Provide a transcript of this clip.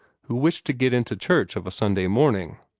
who wished to get in to church of a sunday morning.